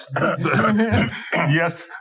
Yes